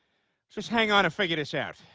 just hang on to figure this out